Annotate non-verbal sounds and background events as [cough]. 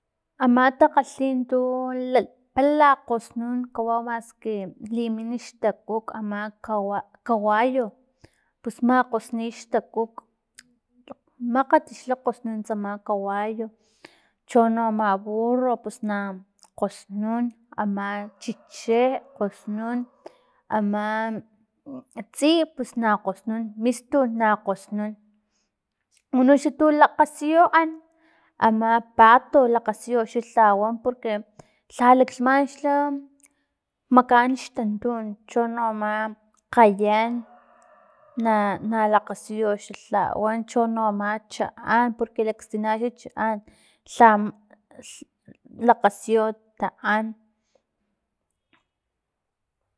Ama takgalhin tu pala kgosnun kawau maski limin xtakuk ama kawa kawayu pus makgosni xtakuk makgat xla kgosnun tsama kawayu chono ama burro, pus na kgosnun ama [noise] chiche, kgosnun ama tsiy pus na kgosnun mistun na kgosnun uno xa tu lakgasiyu an ama pato lakgasiyu xa tlawan porque lha laklhman xla makaan xtantun cho no ama kgayan [noise] na- na lakgasiyu xa tlawan chono ama chaan porque laksina xa chaan lha- l lakgasiyo taan